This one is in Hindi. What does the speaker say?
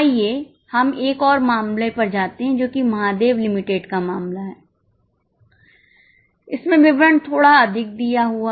अब हम एक और मामले पर जाते हैं जो कि महादेव लिमिटेड का मामला है इसमें विवरण थोड़ा अधिक दिया हुआ है